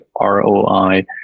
ROI